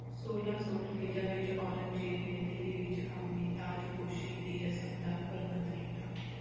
ਸੌਲ੍ਹਾਂ ਸੌ ਅਠਵੰਜਾ ਵਿੱਚ ਔਰੰਗਜ਼ੇਬ ਨੇ ਦਿੱਲੀ ਵਿੱਚ ਆਪਣੀ ਤਾਜਪੋਸ਼ੀ ਦੀ ਰਸਮ ਦਾ ਪ੍ਰਬੰਧ ਕੀਤਾ